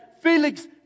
Felix